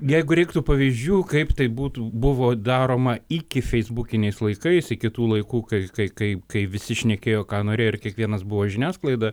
jeigu reiktų pavyzdžių kaip tai būtų buvo daroma iki feisbukiniais laikais iki tų laikų kai kai kai kai visi šnekėjo ką norėjo ir kiekvienas buvo žiniasklaida